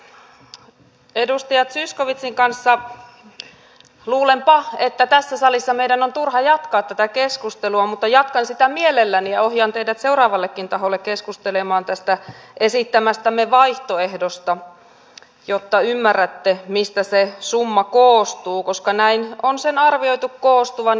luulenpa että edustaja zyskowiczin kanssa tässä salissa meidän on turha jatkaa tätä keskustelua mutta jatkan sitä mielelläni ja ohjaan teidät seuraavallekin taholle keskustelemaan tästä esittämästämme vaihtoehdosta jotta ymmärrätte mistä se summa koostuu koska näin on sen arvioitu koostuvan